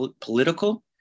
political